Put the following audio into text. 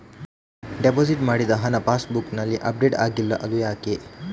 Deposit ಮಾಡಿದ ಹಣ ಪಾಸ್ ಬುಕ್ನಲ್ಲಿ ಅಪ್ಡೇಟ್ ಆಗಿಲ್ಲ ಅದು ಯಾಕೆ?